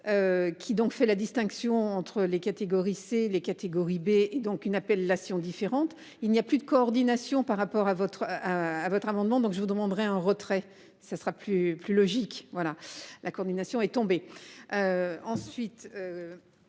donc fait la distinction entre les catégories C les catégories B et donc une appellation différente. Il n'y a plus de coordination par rapport à votre. À votre amendement. Donc je vous demanderai un retrait ça sera plus, plus logique. Voilà, la coordination est tombé.